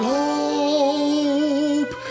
hope